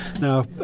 Now